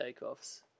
takeoffs